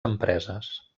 empreses